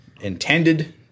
intended